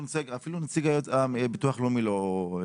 אפילו נציג ביטוח לאומי לא.